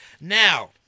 now